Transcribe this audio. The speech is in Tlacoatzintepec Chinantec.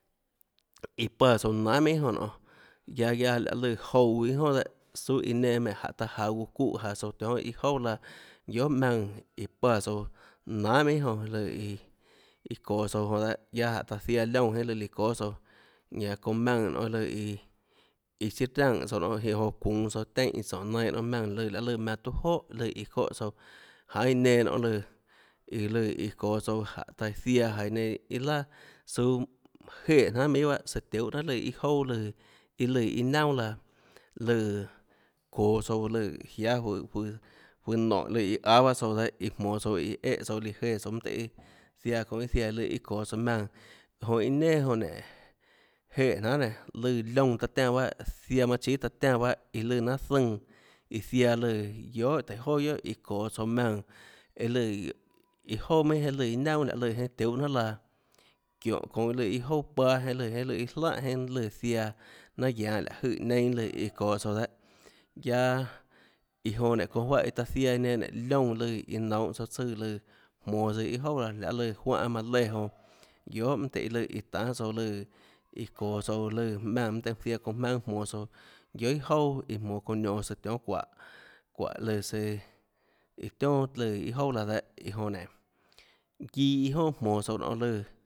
Iã páã tsouã nanhà minhà jonã nonê guiaâ guiaâ lahê lùã jouã iâ jonà dehâ suâ iã nenã ménhå taã jaå guã çúhã tsouã tionhâ iã jouà laã guiohà maùnã iã páhã tsouã nanhà minhà jonã lùã iã iâ çoå tsouã jonã dehâ guiaâ jáhå taâ ziaã liónã jeinhâ líã çóâ tsouã ñanã çounã maùnã lùã iãiâ siâ ranè tsouã nonê jonã çuunå tsouã teínhã iã tsónå nainã nonê lùã laê lùã maùnã tuâ jóhà lùã iã çóhã tsouã jaê iã nenã nonê lùã iã lùã iã çoå tsouã jáhå taã ziaã jaå iã nenã iâ laà suâ manã jeè jnanhà minhà bahâ søã tiuhâ jnanhà lùã iâ jouà lùã iâ ùã iâ naunà laã lùã çoå tsouã lùã iáâ juøå juøå juøå nónhå lùã iã áâ bahâ tsouã dehâ iãjmonå tsouã iã õâ tsouã líã jéã tsouã mønâ tøhê ziaã çounã iã ziaã iâ çoå tsouã maùnã jonã iâ nenà jonã nénå jéhã jnanhà nénå lùã liónã taã tiánã bahâ ziaã manã chíâ taã tiánã bahâ iã lùã nanâ zùnã iã ziaã lùã guiohà tùhå joà guiohà çoå tsouã maùnã eã lùã iâ jouà minhâ iâ lùã iâ naunà lahê lùã jeinhâ tiuhâ jnanhà laã çiónhå çounã lùã iâ jouà paâ jeinhâ lùã jeinhâ lù jiâ jlánhà jeinhâ lùã ziaã nanâ guianå láhå jøè neinâ lùã çoå tsouã dehâ guiaâ iã jonã nénå çounã juáhã iã aã ziaã iã nenã nénå lioúnã lùãiã nounhå tsouã tsùã lùã jmonå tsøã iâ jouà laã lahê lùã juánhã manã léã jonã guiohà mønâ tøhê lùã iã tanhâ tsouã lùã iã çoå tsouã lùã maùnã mnâ tøhê zaiã çounã jmaønâ monå tsouã guiohà iâ jouà jmonå çounã nionå tsouã tionhâ çuáhå çuáhå lùãsøã iã tionà lùã iâ jouà laã dehâ iã jonã nénå guiâ iâ jonà jmonå tsouã nonê lùã